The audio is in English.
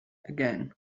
again